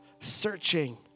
searching